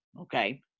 okay